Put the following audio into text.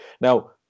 Now